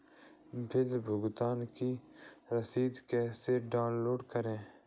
Bill भुगतान की रसीद कैसे डाउनलोड करें?